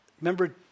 Remember